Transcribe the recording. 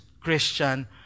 Christian